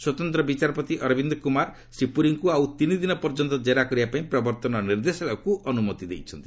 ସ୍ୱତନ୍ତ ବିଚାରପତି ଅରବିନ୍ଦ କୁମାର ଶ୍ରୀପୁରୀଙ୍କୁ ଆଉ ତିନି ଦିନ ପର୍ଯ୍ୟନ୍ତ ଜେରା କରିବା ପାଇଁ ପ୍ରବର୍ତ୍ତନ ନିର୍ଦ୍ଦେଶାଳୟକୁ ଅନୁମତି ଦେଇଛନ୍ତି